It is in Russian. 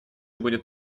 будет